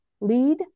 lead